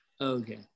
Okay